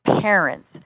parents